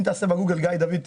אם תחפש בגוגל גיא דוד,